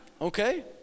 Okay